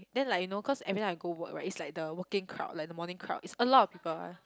then like you know cause every time I go work right it's like the working crowd like the morning crowd is a lot of people one